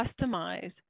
customize